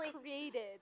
created